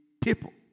people